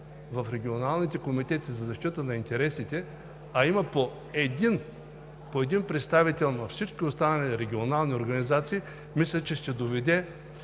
в регионалните комитети за защита на интересите, а има по един представител във всички останали регионални организации, мисля, че ще доведе